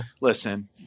listen